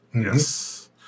Yes